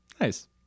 Nice